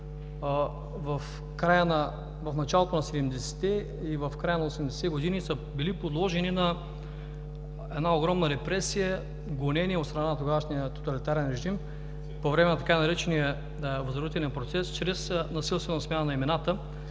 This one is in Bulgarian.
в началото на 70-те или в края на 80-те години са били подложени на огромна репресия, гонения от страна на тогавашния тоталитарен режим по време на така наречения „възродителен процес“ чрез насилствена смяна на имената,